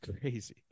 crazy